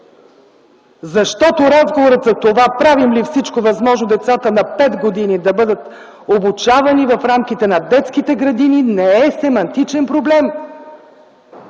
Защото разговорът за това правим ли всичко възможно децата на пет години да бъдат обучавани в рамките на детските градини, не е семантичен проблем.